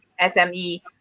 SME